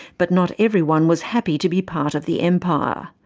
but not everyone was happy to be part of the empire.